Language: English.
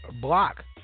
Block